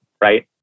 right